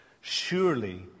Surely